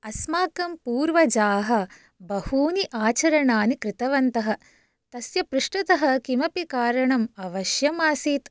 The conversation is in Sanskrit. अस्माकं पूर्वजाः बहूनि आचरणानि कृतवन्तः तस्य पृष्टतः किमपि कारणं अवश्यम् आसीत्